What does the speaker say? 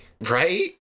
Right